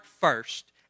first